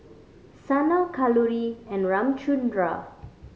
Sanal Kalluri and Ramchundra